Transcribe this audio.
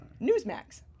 Newsmax